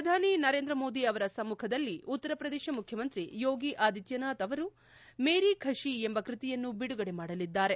ಪ್ರಧಾನಿ ನರೇಂದ್ರ ಮೋದಿ ಅವರ ಸಮ್ಮಖದಲ್ಲಿ ಉತ್ತರ ಪ್ರದೇಶ ಮುಖ್ಯಮಂತ್ರಿ ಯೋಗಿ ಆದಿತ್ಯನಾಥ್ ಅವರು ಮೇರಿ ಕಷಿ ಎಂಬ ಕೃತಿಯನ್ನು ಬಿಡುಗಡೆ ಮಾಡಲಿದ್ದಾರೆ